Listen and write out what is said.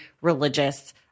religious